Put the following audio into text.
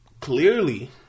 Clearly